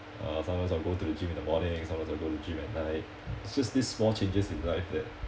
uh sometimes I go to the gym in the morning sometimes I go to gym at night it's just this small changes in life that